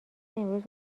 امروز